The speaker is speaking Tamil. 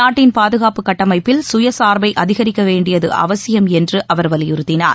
நாட்டின் பாதுகாப்பு கட்டமைப்பில் சுயசார்பை அதிகரிக்க வேண்டியது அவசியம் என்று அவர் வலியுறுத்தினார்